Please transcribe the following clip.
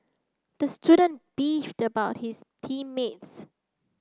the student beefed about his team mates